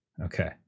Okay